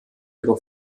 ihre